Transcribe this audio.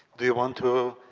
do you want to,